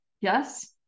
Yes